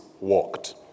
walked